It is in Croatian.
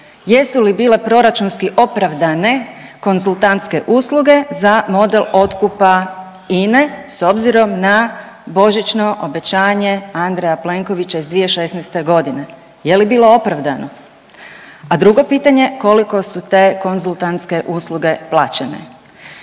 jesu li bile proračunski opravdane konzultantske usluge za model otkupa INA-e s obzirom na božićno obećanje Andreja Plenkovića iz 2016.g., je li bilo opravdano? A drugo pitanje, koliko su te konzultantske usluge plaćene?